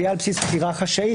זה יהיה על בסיס בחירה חשאית,